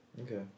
okay